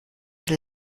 der